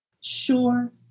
Sure